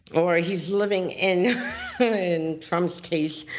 or he's living in in trump's case,